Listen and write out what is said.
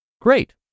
Great